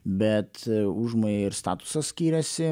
bet užmojai ir statusas skyrėsi